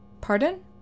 Pardon